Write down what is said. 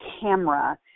camera